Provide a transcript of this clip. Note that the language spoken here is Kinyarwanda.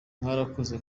mwarakoze